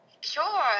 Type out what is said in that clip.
Sure